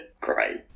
Great